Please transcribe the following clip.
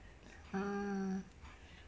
uh